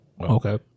Okay